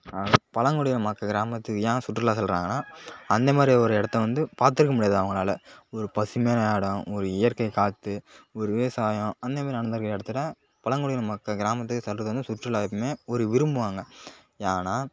பழங்குடியினர் மற்ற கிராமத்துக்கு ஏன் சுற்றுலா செல்கிறாங்கனா அந்தமாதிரி ஒரு இடத்த வந்து பார்த்துருக்க முடியாது அவங்களால ஒரு பசுமையான இடோம் ஒரு இயற்கை காற்று ஒரு விவசாயம் அந்த மாதிரி நடந்துருக்க இடத்துல பழங்குடியினர் மற்ற கிராமத்துக்கு செல்கிறது வந்து சுற்றுலா எப்பவும் ஒரு விரும்புவாங்க ஏன்னா